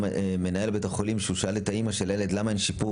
מנהל בית החולים שאל את האימא של הילד למה אין שיפור,